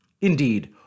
Indeed